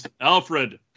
Alfred